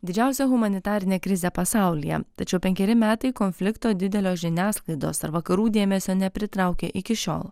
didžiausia humanitarinė krizė pasaulyje tačiau penkeri metai konflikto didelio žiniasklaidos ar vakarų dėmesio nepritraukė iki šiol